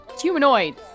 humanoids